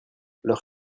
leurs